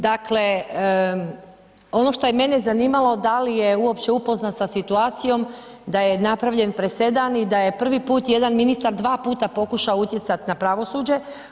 Dakle, ono šta je mene zanimalo da li je uopće upoznat sa situacijom da je napravljen presedan i da je prvi puta jedan ministar dva puta pokušao utjecati na pravosuđe?